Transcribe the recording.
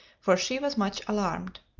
for she was much alarmed.